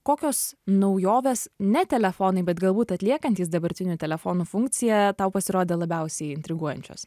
kokios naujovės ne telefonai bet galbūt atliekantys dabartinių telefonų funkciją tau pasirodė labiausiai intriguojančios